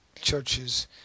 churches